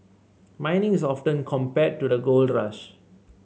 mining is often compared to the gold rush